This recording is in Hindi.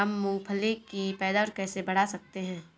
हम मूंगफली की पैदावार कैसे बढ़ा सकते हैं?